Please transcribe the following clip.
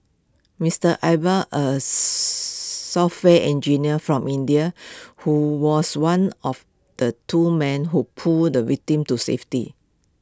Mister Iqbal A software engineer from India who was one of the two men who pulled the victim to safety